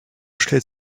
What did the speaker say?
stellt